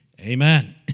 Amen